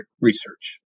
research